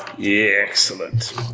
Excellent